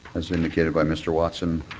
indicated by mr. watson,